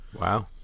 Wow